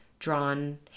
drawn